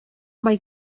mae